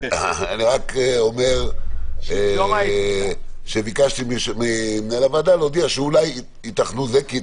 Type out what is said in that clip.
אני רק אומר שביקשתי ממנהל הוועדה להודיע שאולי ייתכנו הצבעות,